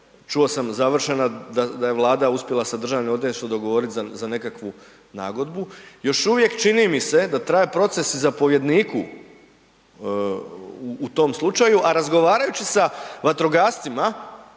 čuo sam, završena da je Vlada uspjela sa Državnim odvjetništvom dogovoriti za nekakvu nagodbu. Još uvijek čini mi se da traje proces zapovjedniku u tom slučaju a razgovarajući sa vatrogascima,